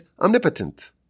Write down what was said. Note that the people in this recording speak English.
omnipotent